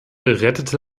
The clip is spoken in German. rettete